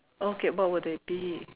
okay what would it be